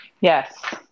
Yes